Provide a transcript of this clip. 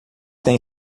têm